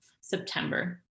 September